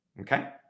Okay